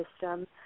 system